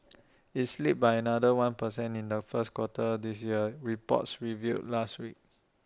IT slipped by another one per cent in the first quarter this year reports revealed last week